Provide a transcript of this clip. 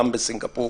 גם בסינגפור,